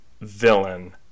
villain